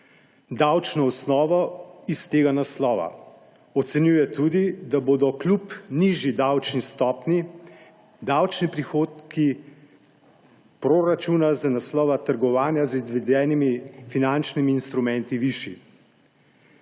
davčno osnovo iz tega naslova. Ocenjuje tudi, da bodo kljub nižji davčni stopnji davčni prihodki proračuna iz naslova trgovanja z izvedenimi finančnimi instrumenti višji.